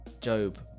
Job